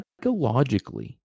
psychologically